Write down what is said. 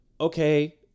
okay